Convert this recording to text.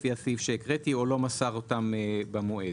לפי הסעיף שהקראתי, או לא מסר אותם במועד.